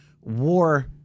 war